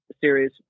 series